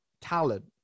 talent